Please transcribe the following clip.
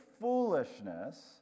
foolishness